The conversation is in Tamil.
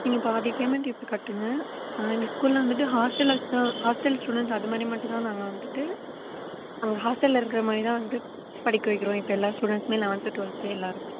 நீங்கள் பாதி பேமெண்ட் இப்போ கட்டுங்க இந்த ஸ்கூலில் வந்துவிட்டு ஹாஸ்டலில் வச்சுதா ஹாஸ்டல் ஸ்டுடென்ட்ஸ் அது மாதிரி மட்டும்தான் நாங்கள் வந்துவிட்டு அவங்க ஹாஸ்டலில் இருக்கிற மாரிதான் வந்து படிக்க வைக்கிறோம் இப்போ எல்லா ஸ்டுடென்ட்ஸுமே லெவன்த்து டுவெல்த்து எல்லோருமே